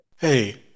Hey